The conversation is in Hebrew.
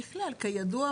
מקום.